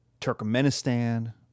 Turkmenistan